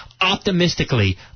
optimistically